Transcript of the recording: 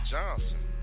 Johnson